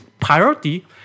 priority